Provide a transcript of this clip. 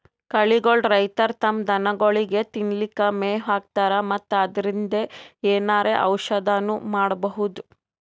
ಕಳಿಗೋಳ್ ರೈತರ್ ತಮ್ಮ್ ದನಗೋಳಿಗ್ ತಿನ್ಲಿಕ್ಕ್ ಮೆವ್ ಹಾಕ್ತರ್ ಮತ್ತ್ ಅದ್ರಿನ್ದ್ ಏನರೆ ಔಷದ್ನು ಮಾಡ್ಬಹುದ್